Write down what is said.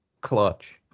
clutch